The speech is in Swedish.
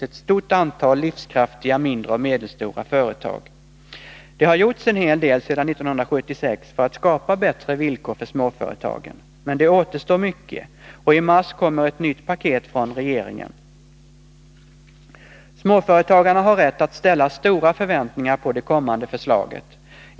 Ett stort antal livskraftiga mindre och medelstora företag är en annan hörnsten. En hel del har gjorts sedan 1976 för att skapa bättre villkor för småföretagen, men mycket återstår, och i mars kommer ett nytt paket från regeringen. Småföretagarna har rätt att ställa stora förväntningar på det kommande förslaget.